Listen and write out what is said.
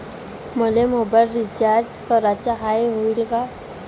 मले mobile recharge कराचा हाय, होईनं का?